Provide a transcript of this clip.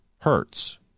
hertz